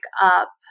up